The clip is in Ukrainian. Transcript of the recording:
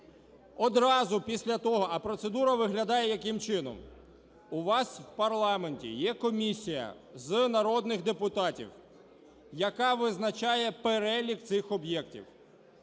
Відразу після того… А процедура виглядає яким чином. У вас в парламенті є комісія з народних депутатів, яка визначає перелік цих об'єктів.